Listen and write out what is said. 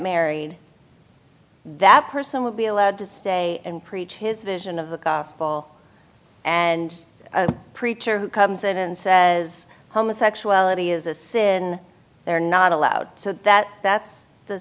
married that person will be allowed to stay and preach his vision of the gospel and a preacher who comes in and says homosexuality is a sin they're not allowed so that that's the